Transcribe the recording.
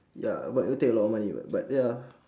ya but it would take a lot of money [what] but ya